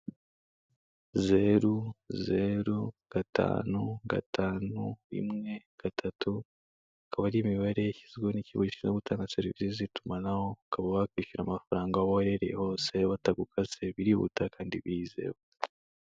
Zeru zeru gatanu gatanu rimwe gatatu, akaba ari imibare yashyizweho n'ikigo gishinzwe gutanga serivise z'itumanaho, ukaba wakwishyura amafaranga aho uherereye hose batagukase, birihuta kandi birizewe.